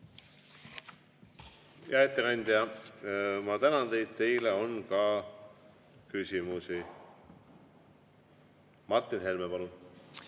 ettekandja, ma tänan teid. Teile on ka küsimusi. Martin Helme,